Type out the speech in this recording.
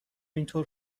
اینطور